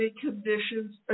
conditions